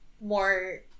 more